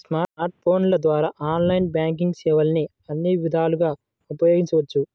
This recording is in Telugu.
స్మార్ట్ ఫోన్ల ద్వారా ఆన్లైన్ బ్యాంకింగ్ సేవల్ని అన్ని విధాలుగా ఉపయోగించవచ్చు